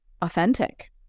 authentic